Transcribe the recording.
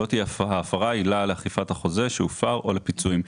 לא תהיה ההפרה עילה לאכיפת החוזה שהופר או לפיצויים.